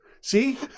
See